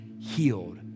healed